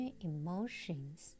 emotions